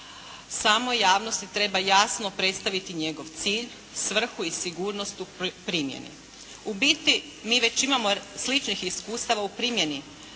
samo javnosti treba jasno predstaviti njegov cilj, svrhu i sigurnost u primjeni. U biti mi već imamo sličnih iskustava u primjeni